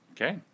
Okay